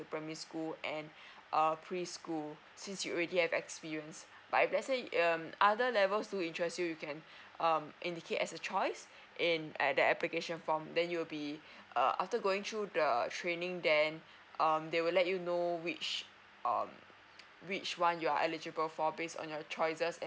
primary school and err preschool since you already have experience but if let's say um other levels do interest you can um indicate as a choice in at the application form then you'll be err after going through the training then um they will let you know which um which one you are eligible for based on your choices and